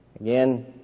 Again